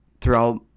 throughout